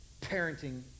parenting